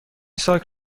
ساک